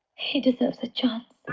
he deserves a chance.